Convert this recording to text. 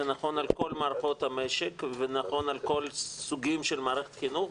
זה נכון על כל מערכות המשק ונכון לכל הסוגים של מערכת החינוך,